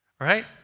right